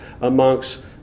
amongst